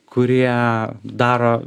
kurie daro